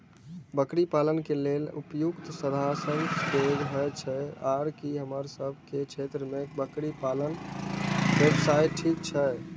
बकरी पालन के लेल उपयुक्त संसाधन की छै आर की हमर सब के क्षेत्र में बकरी पालन व्यवसाय ठीक छै?